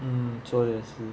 嗯说的也是